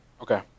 Okay